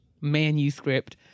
manuscript